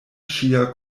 ŝia